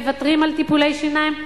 מוותרים על טיפולי שיניים.